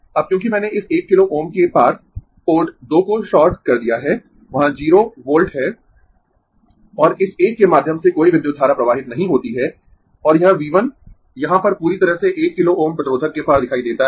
अब क्योंकि मैंने इस 1 किलो Ω के पार पोर्ट 2 को शॉर्ट कर दिया है वहां 0 वोल्ट है और इस एक के माध्यम से कोई विद्युत धारा प्रवाहित नहीं होती है और यह V 1 यहाँ पर पूरी तरह से 1 किलो Ω प्रतिरोधक के पार दिखाई देता है